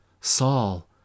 Saul